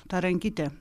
tą rankytę